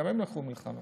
גם הם לקחו מלחמה.